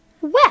Well